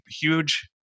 huge